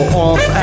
off